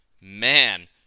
Man